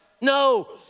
no